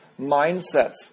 mindsets